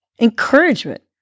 encouragement